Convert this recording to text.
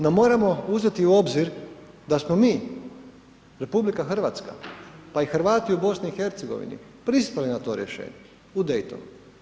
No moramo uzeti u obzir da smo mi, RH, pa i Hrvati u BIH pristali na to rješenje u Daytonu.